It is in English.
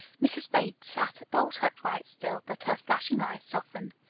mrs. bates sat bolt upright still, but her flashing eyes softened.